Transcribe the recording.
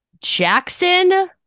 Jackson